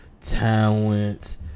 Talent